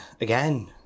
again